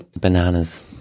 Bananas